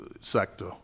Sector